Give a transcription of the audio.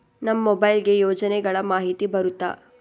ನಮ್ ಮೊಬೈಲ್ ಗೆ ಯೋಜನೆ ಗಳಮಾಹಿತಿ ಬರುತ್ತ?